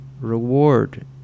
reward